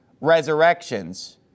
resurrections